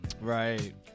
Right